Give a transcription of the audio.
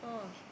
so uh